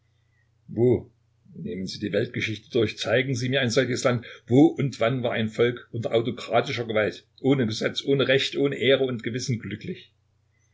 nehmen sie die weltgeschichte durch zeigen sie mir ein solches land wo und wann war ein volk unter autokratischer gewalt ohne gesetz ohne recht ohne ehre und gewissen glücklich